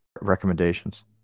recommendations